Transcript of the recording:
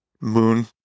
Moon